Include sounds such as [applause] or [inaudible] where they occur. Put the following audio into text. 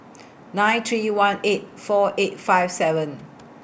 [noise] nine three one eight four eight five seven